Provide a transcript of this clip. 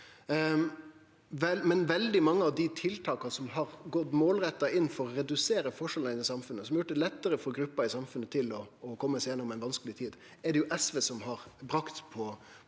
veldig mange av dei tiltaka som har gått målretta inn for å redusere forskjellane i samfunnet, som har gjort det lettare for grupper i samfunnet å kome seg gjennom ei vanskeleg tid, er det SV som har brakt på